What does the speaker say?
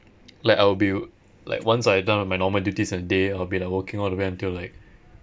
like I'll be like once I done on my normal duties in a day I'll be like working all the way until like